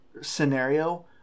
scenario